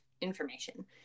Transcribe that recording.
information